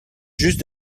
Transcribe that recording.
juste